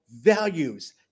values